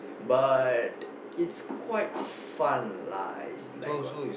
but it's quite fun lah it's like got